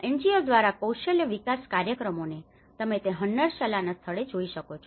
NGO દ્વારા કૌશલ્ય વિકાસ કાર્યક્રમોને તમે તે હન્નર્ષલાના સ્થળે જોઈ શકો છો